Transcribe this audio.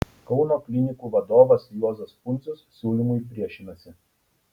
kauno klinikų vadovas juozas pundzius siūlymui priešinasi